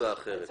הצעה אחרת.